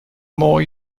more